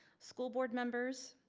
school board members,